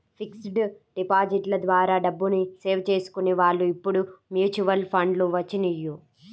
fixed డిపాజిట్ల ద్వారా డబ్బుని సేవ్ చేసుకునే వాళ్ళు ఇప్పుడు మ్యూచువల్ ఫండ్లు వచ్చినియ్యి